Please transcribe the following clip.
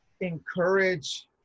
encourage